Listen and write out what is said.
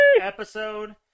episode